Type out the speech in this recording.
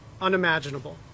unimaginable